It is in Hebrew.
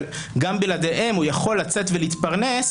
אבל גם בלעדיהם הוא יכול לצאת ולהתפרנס,